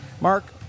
Mark